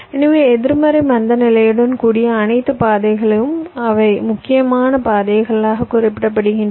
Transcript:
எனவே எதிர்மறை மந்தநிலையுடன் கூடிய அனைத்து பாதைகளும் அவை முக்கியமான பாதைகளாக குறிப்பிடப்படுகின்றன